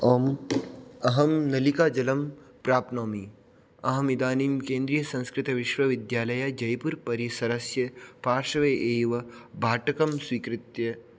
ओम् अहं नलिकाजलं प्राप्नोमि अहं इदानीं केन्द्रीयसंस्कृतविश्वविद्यालयजयपुरपरिसरस्य पार्श्वे एव भाटकं स्वीकृत्य